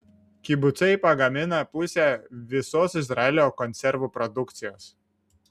kibucai pagamina pusę visos izraelio konservų produkcijos